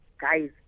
guys